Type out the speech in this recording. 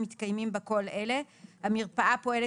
מתקיימים בה כל אלה: המרפאה פועלת